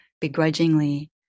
begrudgingly